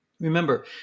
Remember